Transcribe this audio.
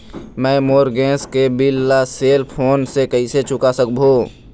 मैं मोर गैस के बिल ला सेल फोन से कइसे चुका सकबो?